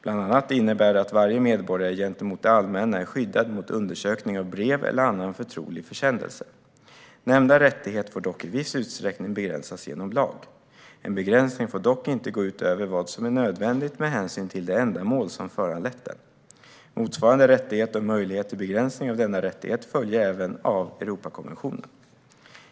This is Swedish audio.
Bland annat innebär det att varje medborgare gentemot det allmänna är skyddad mot undersökning av brev eller annan förtrolig försändelse. Nämnda rättighet får dock i viss utsträckning begränsas genom lag. En begränsning får dock inte gå utöver vad som är nödvändigt med hänsyn till det ändamål som föranlett den. Motsvarande rättighet och möjlighet till begränsning av den följer även av Europakonventionen.